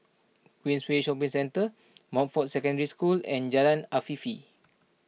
Queensway Shopping Centre Montfort Secondary School and Jalan Afifi